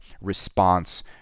response